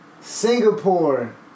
Singapore